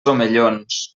omellons